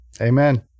Amen